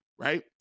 Right